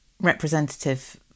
representative